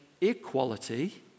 equality